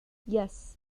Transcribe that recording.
yes